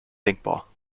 denkbar